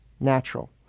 natural